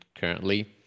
currently